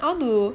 I want to